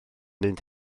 mynd